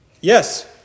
Yes